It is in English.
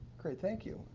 thank you.